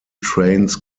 trains